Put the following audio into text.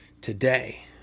today